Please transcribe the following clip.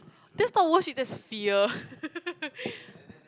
that's not worship that's fear